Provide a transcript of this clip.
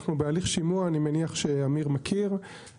אנחנו בהליך שימוע, אני מניח שאמיר מכיר את זה.